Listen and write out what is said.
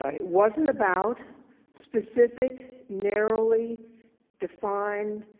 ah wasn't about specific narrowly defined